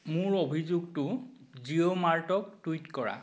মোৰ অভিযোগটো জিঅ' মাৰ্টক টুইট কৰা